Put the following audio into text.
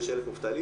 26 אלף מובטלים.